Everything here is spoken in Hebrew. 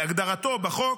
להגדרתו בחוק,